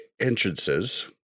Entrances